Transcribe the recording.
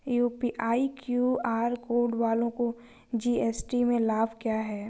UPI QR code वालों को GST में लाभ क्या है?